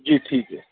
جی ٹھیک ہے